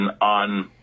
on